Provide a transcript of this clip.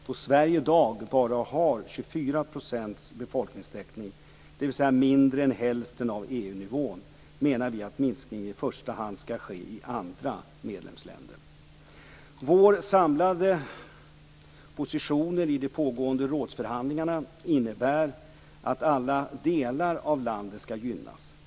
Då Sverige i dag bara har EU-nivån, menar vi att minskningen i första hand skall ske i andra medlemsländer. Våra samlade positioner i de pågående rådsförhandlingarna innebär att alla delar av landet skall gynnas.